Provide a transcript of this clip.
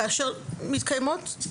כאשר מתקיימות,